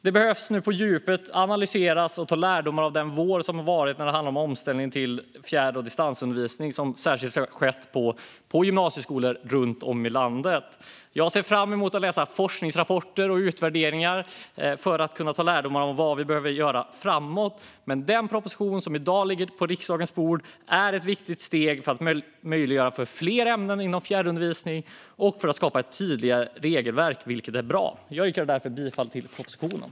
Vi behöver nu på djupet analysera och dra lärdom av den vår som varit när det handlar om omställning till fjärr och distansundervisning, som skett särskilt på gymnasieskolor runt om i landet. Jag ser fram emot att läsa forskningsrapporter och utvärderingar för att kunna dra lärdom och se vad vi behöver göra framöver. Men den proposition som i dag ligger på riksdagens bord är ett viktigt steg för att möjliggöra fler ämnen inom fjärrundervisningen och skapa tydliga regelverk, vilket är bra. Jag yrkar därför bifall till propositionen.